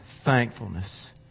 thankfulness